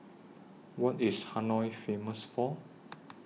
What IS Hanoi Famous For